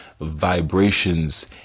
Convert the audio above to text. vibrations